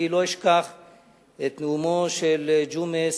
אני לא אשכח את נאומו של ג'ומס,